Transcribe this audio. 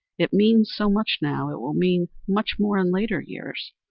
it means so much now, it will mean much more in later years.